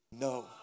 no